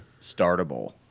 startable